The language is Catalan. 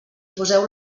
poseu